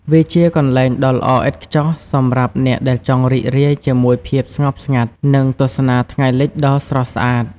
វាជាកន្លែងដ៏ល្អឥតខ្ចោះសម្រាប់អ្នកដែលចង់រីករាយជាមួយភាពស្ងប់ស្ងាត់ និងទស្សនាថ្ងៃលិចដ៏ស្រស់ស្អាត។